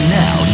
now